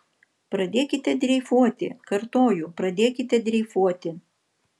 pradėkite dreifuoti kartoju pradėkite dreifuoti